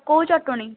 କେଉଁ ଚଟଣୀ